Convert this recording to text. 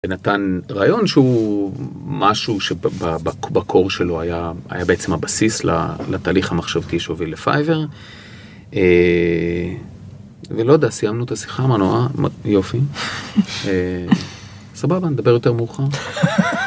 נתן רעיון שהוא משהו שבקור שלו היה בעצם הבסיס לתהליך המחשבתי שהוביל לפייבר ולא יודע סיימנו את השיחה אמרנו אה יופי סבבה נדבר יותר מאוחר.